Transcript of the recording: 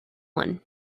one